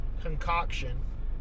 concoction